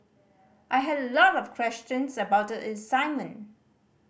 I had a lot of questions about the assignment